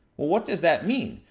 what does that mean?